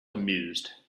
amused